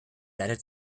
leitet